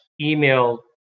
email